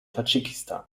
tadschikistan